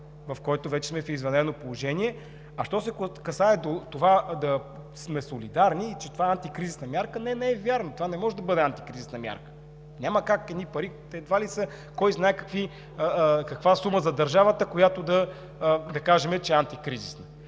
в който вече сме в извънредно положение. Що се касае до това да сме солидарни и че това е антикризисна мярка, не, не е вярно – това не може да бъде антикризисна мярка. Няма как едни пари, едва ли са кой знае каква сума за държавата, за да кажем, че е антикризисна.